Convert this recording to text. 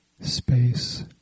space